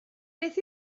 beth